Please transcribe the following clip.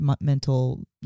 mental